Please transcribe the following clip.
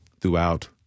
throughout